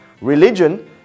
Religion